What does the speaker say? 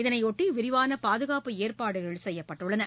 இதனையொட்டிவிரிவானபாதுகாப்பு ஏற்பாடுகள் செய்யப்பட்டுள்ளன